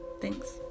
Thanks